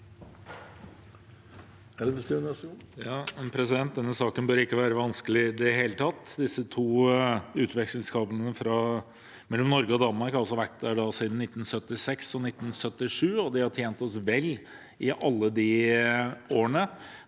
Denne saken bør ikke være vanskelig i det hele tatt. Disse to utvekslingskablene mellom Norge og Danmark har altså vært der siden 1976 pg1977, og de har tjent oss vel i alle disse årene.